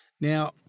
Now